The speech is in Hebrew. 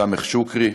סאמח שוכרי.